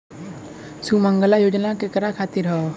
सुमँगला योजना केकरा खातिर ह?